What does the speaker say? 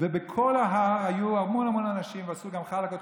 ובכל ההר היו המון המון אנשים ועשו גם חלאקות.